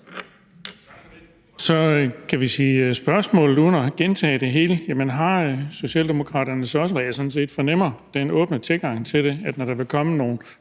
Så kan vi spørge uden at gentage det hele: Har Socialdemokraterne så også der, hvad jeg sådan set fornemmer, den åbne tilgang til det, når der vil komme nogle